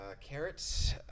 Carrots